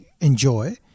enjoy